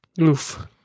Oof